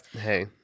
Hey